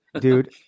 dude